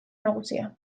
nagusia